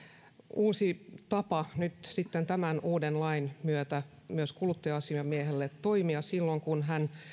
uusi tapa nyt tämän uuden lain myötä myös kuluttaja asiamiehelle toimia silloin kun hän